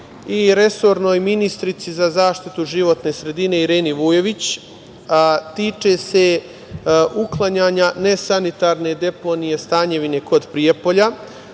i resornoj ministarki za zaštitu životne sredine Ireni Vujović, a tiče se uklanjanja nesanitarne deponije „Stanjevine“ kod Prijepolja. Dokle